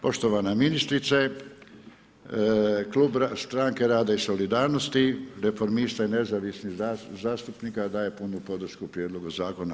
Poštovana ministrice, klub Stranke rada i solidarnosti, Reformista i nezavisnih zastupnika daje punu podršku prijedlogu zakona.